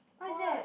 what